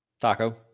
Taco